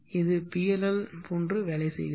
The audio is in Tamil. இது PLL போன்று வேலை செய்கிறது